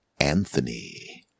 Anthony